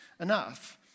enough